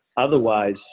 Otherwise